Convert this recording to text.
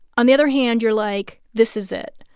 on the other hand, you're like, this is it.